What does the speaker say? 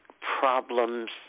problems